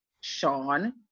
Sean